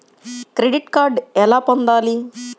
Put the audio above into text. Credit card ఎలా పొందాలి?